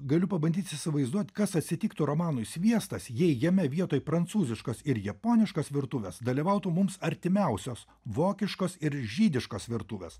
galiu pabandyt įsivaizduot kas atsitiktų romanui sviestas jei jame vietoj prancūziškos ir japoniškos virtuvės dalyvautų mums artimiausios vokiškos ir žydiškos virtuvės